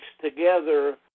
together